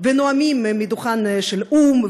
ונואמים מהדוכן של האו"ם,